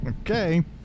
Okay